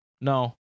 No